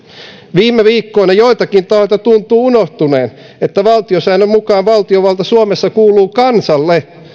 viime viikkoina joiltakin tahoilta tuntuu unohtuneen että valtiosäännön mukaan valtiovalta suomessa kuuluu kansalle